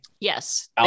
yes